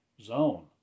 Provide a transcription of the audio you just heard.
zone